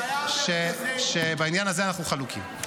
שבעניין הזה אנחנו חלוקים.